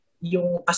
yung